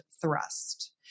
thrust